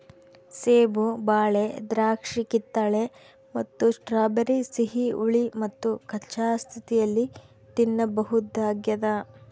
ಸೇಬು ಬಾಳೆ ದ್ರಾಕ್ಷಿಕಿತ್ತಳೆ ಮತ್ತು ಸ್ಟ್ರಾಬೆರಿ ಸಿಹಿ ಹುಳಿ ಮತ್ತುಕಚ್ಚಾ ಸ್ಥಿತಿಯಲ್ಲಿ ತಿನ್ನಬಹುದಾಗ್ಯದ